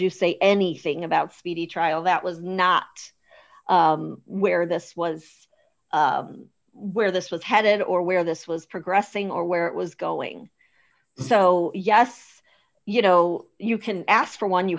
you say anything about speedy trial that was not where this was where this was headed or where this was progressing or where it was going so yes you know you can ask for one you